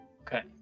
Okay